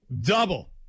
Double